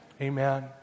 Amen